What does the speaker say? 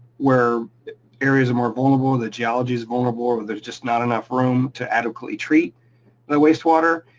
where areas are more vulnerable, the geology's vulnerable, or there's just not enough room to adequately treat the wastewater.